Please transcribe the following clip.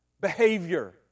behavior